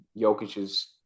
Jokic's